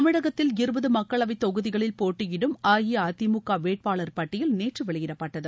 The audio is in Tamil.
தமிழகத்தில் இருபது மக்களவைத் தொகுதிகளில் போட்டியிடும் அஇஅதிமுக வேட்பாளர் பட்டியல் நேற்று வெளியிடப்பட்டது